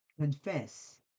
confess